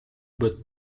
but